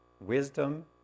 wisdom